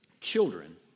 children